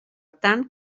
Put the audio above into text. tant